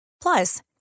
Plus